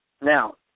Now